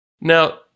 Now